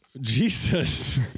Jesus